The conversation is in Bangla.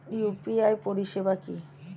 ইউ.পি.আই পরিষেবা কি?